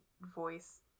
voice